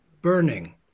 burning